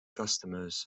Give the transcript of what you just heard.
customers